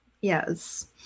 Yes